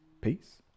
peace